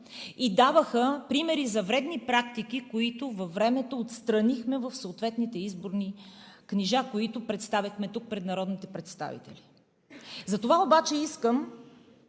и даваха примери за вредни практики, които във времето отстранихме в съответните изборни книжа, които представихме тук, пред народните представители. Затова обаче искам